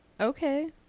Okay